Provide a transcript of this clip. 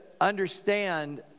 understand